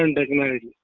Technology